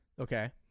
Okay